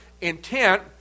intent